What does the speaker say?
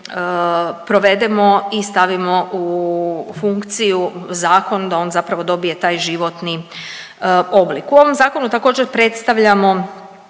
provedemo i stavimo u funkciju zakon da on zapravo dobije taj životni oblik. U ovom zakonu također predstavljamo